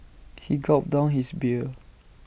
he gulped down his beer